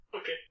Okay